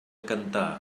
cantar